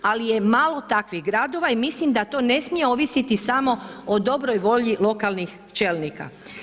Ali je malo takvih gradova i mislim da to ne smije ovisiti samo o dobroj volji lokalnih čelnika.